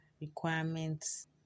requirements